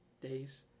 days